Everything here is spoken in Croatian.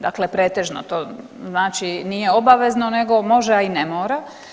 Dakle, pretežno to znači nije obavezno nego može, a i ne mora.